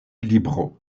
libro